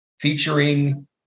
featuring